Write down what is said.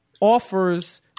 offers